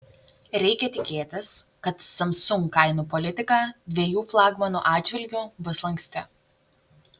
reikia tikėtis kad samsung kainų politika dviejų flagmanų atžvilgiu bus lanksti